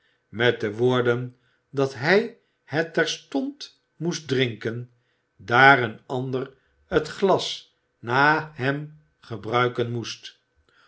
met de woorden dat hij het terstond moest drinken daar een ander het glas na hem gebruiken moest